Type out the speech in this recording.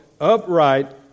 upright